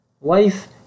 Life